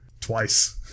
Twice